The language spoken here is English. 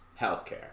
healthcare